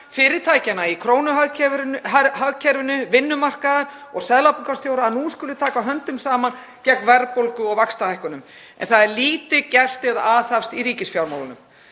fyrirtækjanna í krónuhagkerfinu, vinnumarkaðar og seðlabankastjóra að nú skuli taka höndum saman gegn verðbólgu og vaxtahækkunum. En það er lítið gert eða aðhafst í ríkisfjármálunum.